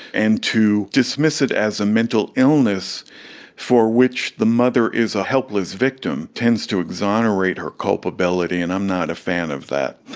and to dismiss it as a mental illness for which the mother is a helpless victim tends to exonerate her culpability, and i'm not a fan of that.